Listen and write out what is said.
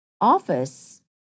office